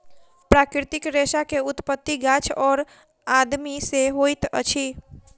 प्राकृतिक रेशा के उत्पत्ति गाछ और आदमी से होइत अछि